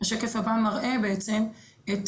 השקף הבא מראה בעצם את